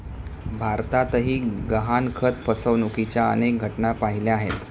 भारतातही गहाणखत फसवणुकीच्या अनेक घटना पाहिल्या आहेत